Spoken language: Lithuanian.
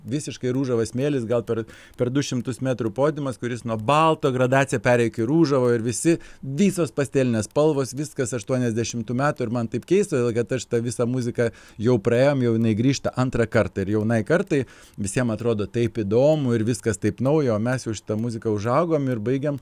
visiškai ružavas smėlis gal per per du šimtus metrų podiumas kuris nuo balto gradacija perėjo iki rūžavo ir visi visos pastelinės spalvos viskas aštuoniasdešimtų metų ir man taip keista todėl kad aš tą visą muziką jau praėjom jau jinai grįžta antrą kartą ir jaunai kartai visiem atrodo taip įdomu ir viskas taip nauja o mes jau šitą muziką užaugom ir baigiam